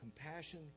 compassion